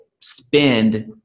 spend